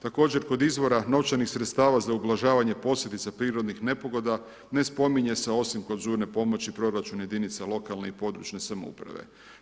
Također kod izvora novčanih sredstava za ublažavanje posljedica prirodnih nepogoda, ne spominje se osim kod žurne pomoći, proračun jedinica lokalne i područne samouprave.